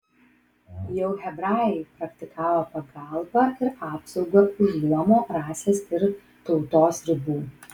jau hebrajai praktikavo pagalbą ir apsaugą už luomo rasės ir tautos ribų